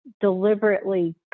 deliberately